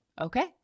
Okay